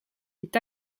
est